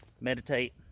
meditate